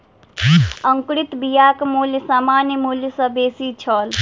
अंकुरित बियाक मूल्य सामान्य मूल्य सॅ बेसी छल